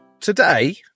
Today